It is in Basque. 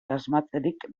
asmatzerik